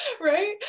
Right